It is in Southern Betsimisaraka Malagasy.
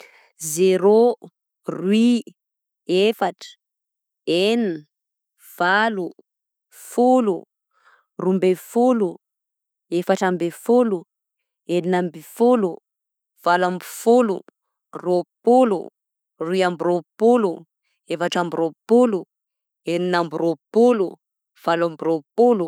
Zerô, roy, efatra, enina, valo, folo, roa amby folo, efatra amby folo, enina amby folo, valo amby folo, rôpolo, roy amby rôpolo, efatra amby rôpolo, enina amby rôpolo, valo amby rôpolo.